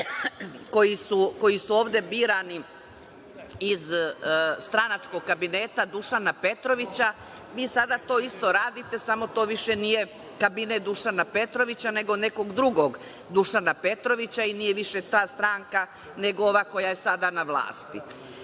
koji su ovde birani iz stranačkog kabineta Dušana Petrovića, vi sada to isto radite, ali to više nije kabinet Dušana Petrovića, nego nekog drugog Dušana Petrovića i nije više ta stranka, nego ova koja je sada na vlasti. Mnogo